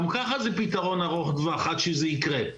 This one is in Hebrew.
גם ככה זה פתרון ארוך טווח עד שזה יקרה.